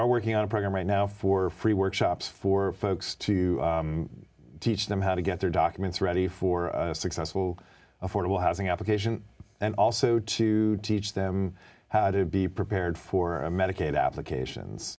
are working on a program right now for free workshops for folks to teach them how to get their documents ready for a successful affordable housing application and also to teach them how to be prepared for medicaid applications